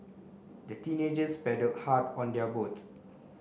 the teenagers paddled hard on their boats